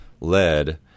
led